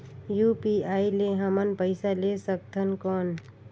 UPI ले हमन पइसा ले सकथन कौन?